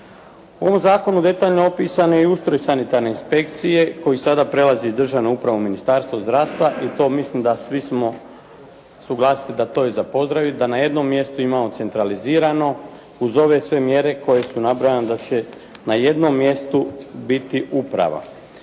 U ovom zakonu detaljno je opisan i ustroj sanitarne inspekcije koji sada prelazi iz Državne uprave u Ministarstvo zdravstva i to mislim da svi smo suglasiti, za pozdraviti da na jednom mjestu imamo centralizirano uz ove sve mjere koje su nabrojane da će na jednom mjestu biti uprava.